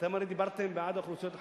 אתם הרי דיברתם בעד האוכלוסיות החלשות,